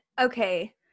okay